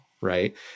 right